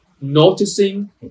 noticing